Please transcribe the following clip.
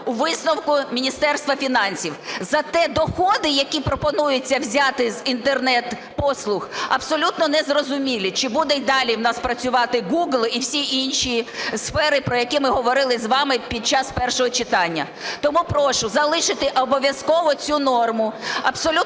у висновку Міністерства фінансів. Зате доходи, які пропонується взяти з інтернет-послуг, абсолютно незрозумілі, чи буде й далі в нас працювати гугл і всі інші сфери, про які ми говорили з вами під час першого читання. Тому прошу залишити обов'язково цю норму,